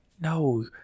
no